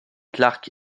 clark